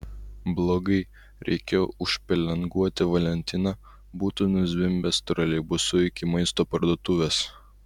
blogai reikėjo užpelenguoti valentiną būtų nuzvimbęs troleibusu iki maisto parduotuvės